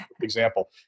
example